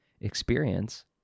experience